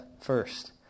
first